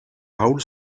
raoul